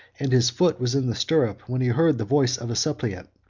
and his foot was in the stirrup when he heard the voice of a suppliant,